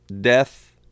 death